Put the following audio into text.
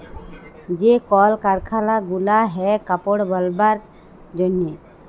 যে কল কারখালা গুলা হ্যয় কাপড় বালাবার জনহে